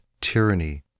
tyranny